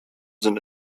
sind